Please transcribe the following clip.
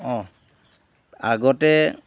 অঁ আগতে